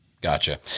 Gotcha